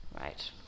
right